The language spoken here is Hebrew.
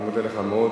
אני מודה לך מאוד.